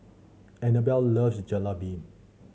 Annabell loves Jalebi